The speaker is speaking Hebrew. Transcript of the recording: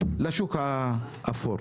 לשוק האפור.